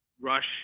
Rush